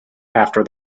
after